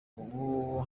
ubu